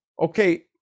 Okay